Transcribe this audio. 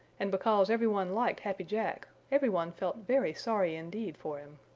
and because every one liked happy jack, every one felt very sorry indeed for him.